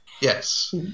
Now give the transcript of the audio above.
yes